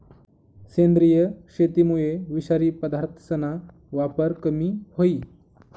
सेंद्रिय शेतीमुये विषारी पदार्थसना वापर कमी व्हयी